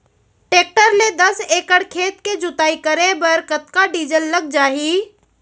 Tractor ले दस एकड़ खेत के जुताई करे बर कतका डीजल लग जाही?